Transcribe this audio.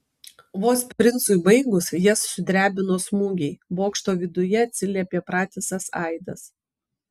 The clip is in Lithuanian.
vos princui baigus jas sudrebino smūgiai bokšto viduje atsiliepė pratisas aidas